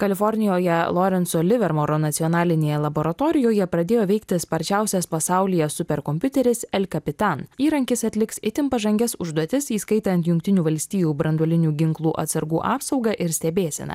kalifornijoje lorenco livermoro nacionalinėje laboratorijoje pradėjo veikti sparčiausias pasaulyje superkompiuteris el kapitan įrankis atliks itin pažangias užduotis įskaitant jungtinių valstijų branduolinių ginklų atsargų apsaugą ir stebėseną